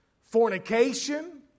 fornication